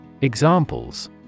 Examples